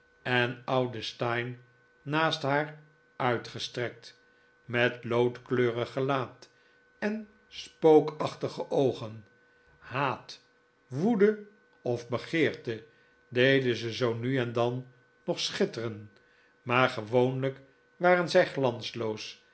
en oude steyne naast haar uitgestrekt met loodkleurig gelaat en spookachtige oogen haat woede of begeerte deden ze zoo nu en dan nog schitteren maar gewoonlijk waren zij